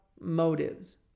motives